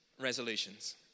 resolutions